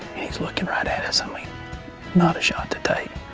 he's looking right at us. i mean not a shot to take.